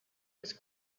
was